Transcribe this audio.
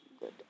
good